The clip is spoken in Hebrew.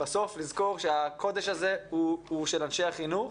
בסוף לזכור שהקודש הזה הוא של אנשי החינוך.